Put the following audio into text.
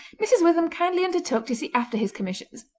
mrs. witham kindly undertook to see after his commissions,